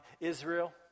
Israel